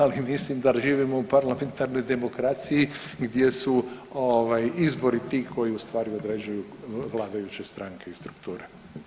Ali mislim da živimo u parlamentarnoj demokraciji gdje su izbori ti koji u stvari određuju vladajuće stranke i strukture.